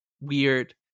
weird